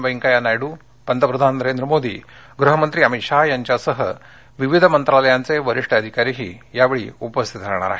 व्यंकय्या नायड पंतप्रधान नरेंद्र मोदी गृहमंत्री अमित शहा यांच्यासह विविधमंत्रालयाचे वरिष्ठ अधिकारीही यावेळी उपस्थित राहणार आहेत